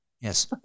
Yes